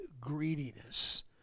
greediness